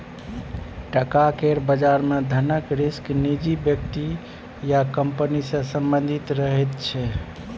टका केर बजार मे धनक रिस्क निजी व्यक्ति या कंपनी सँ संबंधित रहैत छै